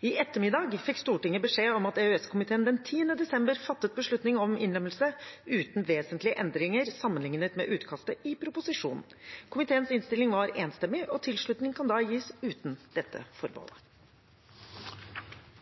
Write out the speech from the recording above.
I ettermiddag fikk Stortinget beskjed om at EØS-komiteen den 10. desember fattet beslutning om innlemmelse uten vesentlige endringer sammenlignet med utkastet i proposisjonen. Komiteens innstilling var enstemmig og tilslutning kan da gis uten dette.